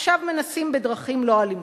עכשיו מנסים בדרכים לא אלימות.